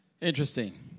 Interesting